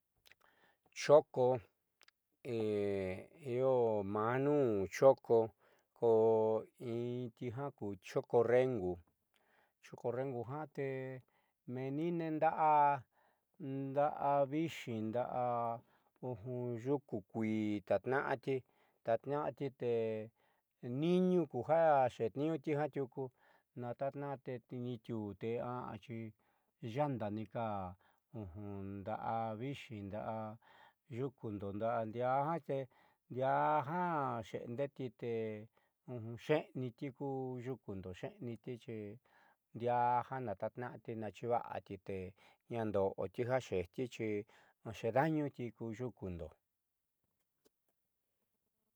Choko io maa nuun choko ko intijaku choko rengu choko rengujate meeniinne nda'a nda'a viixi ndaá yukukuii tatnaáti tatnaáti te niiñu kuja xeetniiñuti jiaa tiuku natatna'ati te niitiuu te aaaxi yaanda nika nda'a viixi nda'a yukundo ndaá ndiaa ndiaa jate xeendeeti xeenitiku yukundo xeeniti xindiaajiao natatnaáti nachiivaáti te ñaando'otijaxejtixi xeeda'anuti ku yukundo.